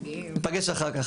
ניפגש אחר כך.